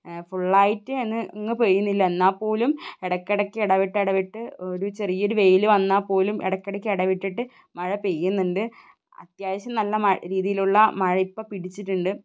ഫുള്ളായിട്ട് എന്ന് ഇങ്ങ് പെയ്യുന്നില്ല എന്നാൽപ്പോലും ഇടയ്ക്കിടയ്ക്ക് ഇടവിട്ട് ഇടവിട്ട് ഒരു ചെറിയൊരു വെയിൽ വന്നാൽപ്പോലും ഇടയ്ക്കിടയ്ക്ക് ഇടവിട്ടിട്ട് മഴ പെയ്യുന്നുണ്ട് അത്യാവശ്യം നല്ല രിതിയിലുള്ള മഴ ഇപ്പോൾ പിടിച്ചിട്ടുണ്ട്